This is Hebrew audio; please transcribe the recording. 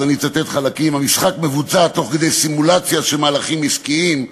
אז אני אצטט חלקים: המשחק מבוצע תוך כדי סימולציה של מהלכים עסקיים,